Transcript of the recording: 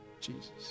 Jesus